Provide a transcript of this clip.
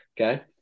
okay